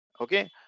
okay